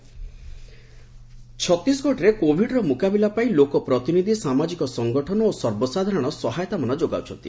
Chhattisgarh Covid ଛତିଶଗଡ଼ରେ କୋଭିଡ୍ର ମୁକାବିଲା ପାଇଁ ଲୋକ ପ୍ରତିନିଧି ସାମାଜିକ ସଙ୍ଗଠନ ଓ ସର୍ବସାଧାରଣ ସହାୟତାମାନ ଯୋଗାଉଛନ୍ତି